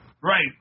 right